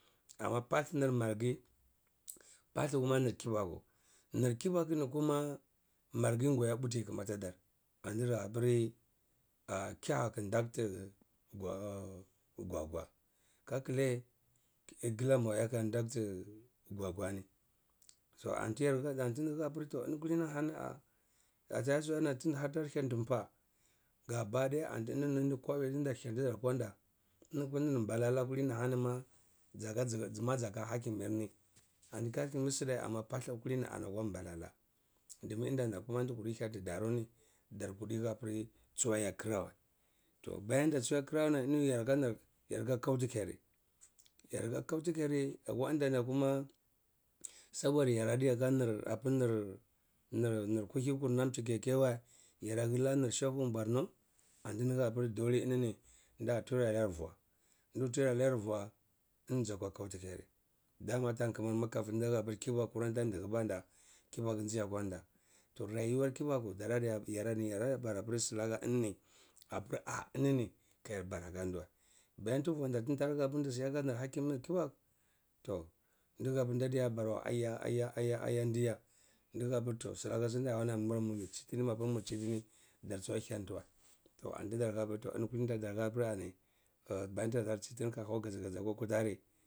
Amma paldu nir marghi, palhi kuma nir kibaku. Nir kibaku ni kuma marghi goya puti kmata dar atidi happir, kyab ki ndakti gwa-gwa ka kilai glam ayakara ndakti gwa-gwa ni soani tiyar hah tidi hapir toh eni kulinihani ah gata nya suaman tunda har tara henti npa gabada anti eninini kwabeh tinde nentidar akwanda eni kulini hani balala kulini hani ma, zaka hakimir ni anti hakimi sideh amma palblu kubar ani akwa balala dumin inda nan ti kuti henti daruni tar kiti hapir tsodi aya taraweh toh bayan da tse-aya kraweh, enini yaraka nir kwauti kari, yaraka kwaulikari akwa indanar kuma seboda yaradiya ka nir apir nir nir nir kuhi kur nam chikakkeh wa, yara wanir shehu borno antindi hapir dole enini nda layar vua, ndi tura nayar vaa eni zukwa kautikari dama tankimir ma kafiri tida hah kibaku kara to ndhban da, kibaku ji akwan da toh rayuwar kibaku gara yara diyabara silaka enini apir ah enini ka yar bara aka ndiwa bayan ti manda siaka nir hakimir kibaku, toh ndihapir dadiabara wa iya iya iya iya ndya ndihapir toh silaka tida hau namur nimur kayar tsitini, mapur mur tsitini toh dar di ahyantiwa toh anti dar hapir toh eni kulini tidar hapir ani oh bayan ti dar tsitini ka hau gazja-gazja akure kutarri.